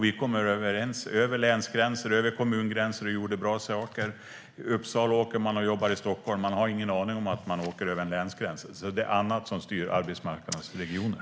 Vi kom överens över länsgränser och över kommungränser och gjorde bra saker. Från Uppsala åker man till Stockholm för att jobba. Man har ingen aning om att man åker över en länsgräns. Det är annat som styr arbetsmarknadsregioner.